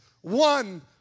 one